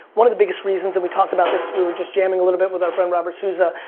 one of the biggest reasons that we talked about this we were just jamming a little bit with our friend robert souza,